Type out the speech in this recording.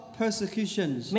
persecutions